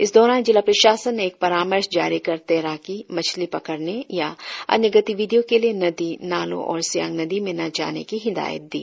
इस दौरान जिला प्रशासन ने एक परामर्श जारी कर तैराकी मछली पकड़ने या अन्य गतिविधियों के लिए नदी नालो और सियांग नदी में ना जाने को हिदायत दी